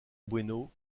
bueno